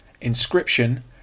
Inscription